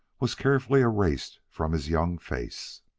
was carefully erased from his young face.